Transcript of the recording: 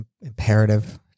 imperative